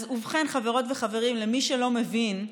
ובכן, חברות וחברים, למי שלא מבין,